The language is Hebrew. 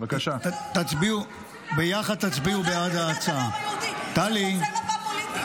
מטרת החוק הזה